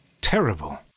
terrible